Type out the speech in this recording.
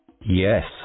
Yes